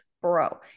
bro